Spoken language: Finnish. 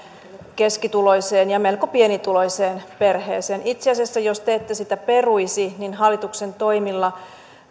keskituloiseen ja melko pienituloiseen perheeseen itse asiassa jos te ette sitä peruisi niin hallituksen toimilla